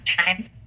time